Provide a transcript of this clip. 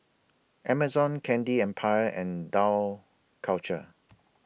Amazon Candy Empire and Dough Culture